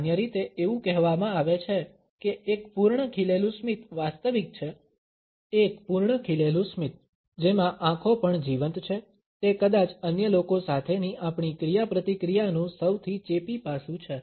સામાન્ય રીતે એવું કહેવામાં આવે છે કે એક પૂર્ણ ખીલેલું સ્મિત વાસ્તવિક છે એક પૂર્ણ ખીલેલું સ્મિત જેમાં આંખો પણ જીવંત છે તે કદાચ અન્ય લોકો સાથેની આપણી ક્રિયાપ્રતિક્રિયાનું સૌથી ચેપી પાસું છે